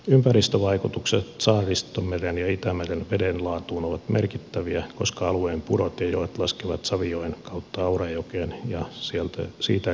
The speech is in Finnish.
ympäristövaikutukset saaristomeren ja itämeren veden laatuun ovat merkittäviä koska alueen purot ja joet laskevat savijoen kautta aurajokeen ja siitä edelleen mereen